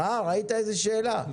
אה, ראית איזו שאלה?